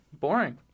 Boring